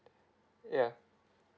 ya